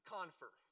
Confer